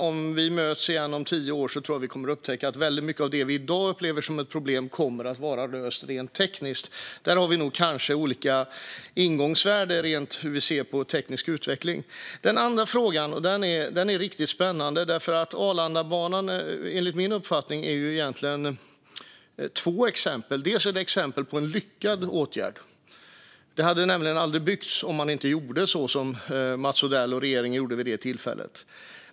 Om vi möts igen om tio år tror jag att vi kommer att upptäcka att väldigt mycket av det som vi i dag upplever som ett problem är löst rent tekniskt. Där har vi kanske olika ingångsvärden när det gäller hur vi ser på teknisk utveckling. Den andra frågan är riktigt spännande. Arlandabanan är enligt min uppfattning egentligen ett exempel på två saker. Den är ett exempel på en lyckad åtgärd. Den hade nämligen aldrig byggts om man inte gjort så som Mats Odell och regeringen gjorde vid det tillfället.